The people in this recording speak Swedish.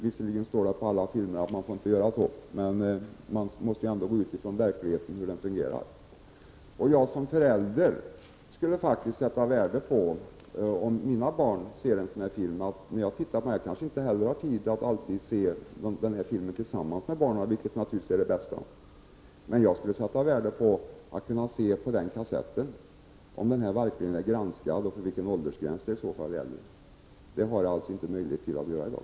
Visserligen står det på alla filmer att man inte får göra så, men man måste ändå utgå ifrån hur verkligheten är. Som förälder — jag kanske inte heller har tid att alltid se filmerna tillsammans med barnen, vilket naturligtvis är det bästa — skulle jag sätta värde på att kunna se på kassetten om filmen verkligen är granskad och för vilken åldersgräns som i så fall gäller. Det har jag ingen möjlighet att göra i dag.